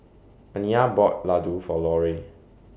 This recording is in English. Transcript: Aniyah bought Laddu For Larue